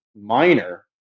minor